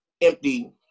empty